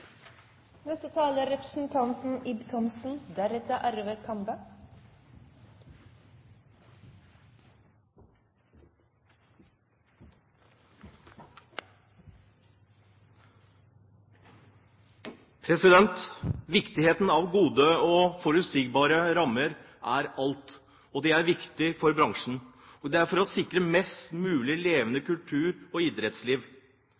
Viktigheten av gode og forutsigbare rammer er alt, og det er viktig for bransjen. Det er for å sikre mest mulig levende kultur- og idrettsliv.